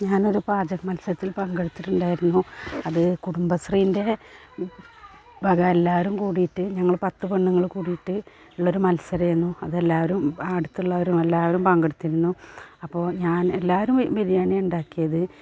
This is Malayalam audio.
ഞാനൊരു പാചകമത്സരത്തിൽ പങ്കെടുത്തിട്ടുണ്ടായിരുന്നു അത് കുടുംബശ്രീൻറ്റെ വക എല്ലാവരും കൂടിയിട്ട് ഞങ്ങൾ പത്ത് പെണ്ണുങ്ങൾ കൂടിയിട്ട് ഉള്ളൊരു മത്സരമായിരുന്നു അതെല്ലാവരും അടുത്തുള്ളവരും എല്ലാവരും പങ്കെടുത്തിരുന്നു അപ്പോൾ ഞാൻ എല്ലാവരും ബിരിയാണിയാണ് ഉണ്ടാക്കിയത്